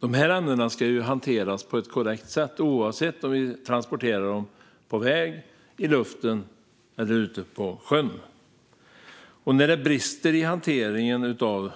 Dessa ämnen ska hanteras på ett korrekt sätt oavsett om vi transporterar dem på väg, i luften eller ute på sjön. När det brister i hanteringen av